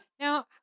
Now